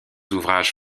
ouvrages